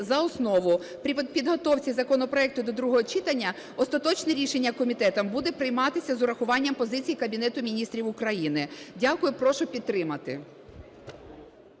за основу. При підготовці законопроекту до другого читання остаточне рішення комітетом буде прийматися з урахуванням позицій Кабінету Міністрів України. Дякую. І прошу підтримати.